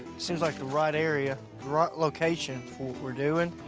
seems like the right area, right location for what we're doing.